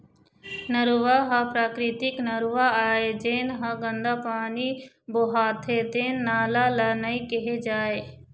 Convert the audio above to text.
नरूवा ह प्राकृतिक नरूवा आय, जेन ह गंदा पानी बोहाथे तेन नाला ल नइ केहे जाए